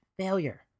failure